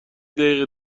دقیقه